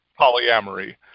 polyamory